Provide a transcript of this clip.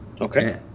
Okay